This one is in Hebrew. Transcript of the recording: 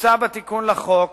מוצע בתיקון לחוק